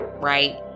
right